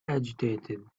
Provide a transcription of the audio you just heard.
agitated